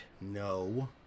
No